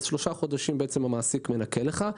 ואז שלושה חודשים המעסיק מנכה לך,